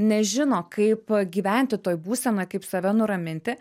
nežino kaip a gyventi toj būsenoj kaip save nuraminti